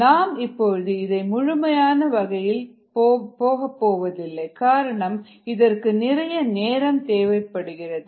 நாம் இப்பொழுது இதை முழுமையாக வகையில் போவதில்லை காரணம் இதற்கு நிறைய நேரம் தேவைப்படுகிறது